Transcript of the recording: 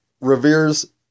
reveres